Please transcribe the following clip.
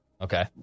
Okay